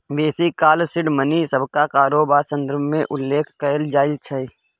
बेसी काल seed money नबका कारोबार संदर्भ मे उल्लेख कएल जाइ छै